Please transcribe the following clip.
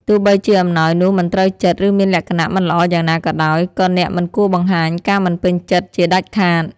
ទោះបីជាអំណោយនោះមិនត្រូវចិត្ត ឬមានលក្ខណៈមិនល្អយ៉ាងណាក៏ដោយ ក៏អ្នកមិនគួរបង្ហាញការមិនពេញចិត្តជាដាច់ខាត។